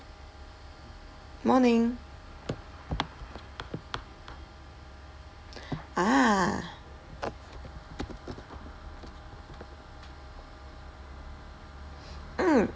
morning ah mm